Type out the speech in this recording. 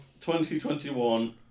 2021